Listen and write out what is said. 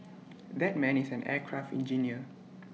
that man is an aircraft engineer